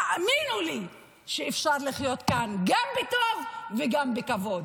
תאמינו לי שאפשר לחיות כאן גם בטוב וגם בכבוד,